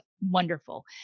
wonderful